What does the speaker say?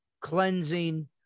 cleansing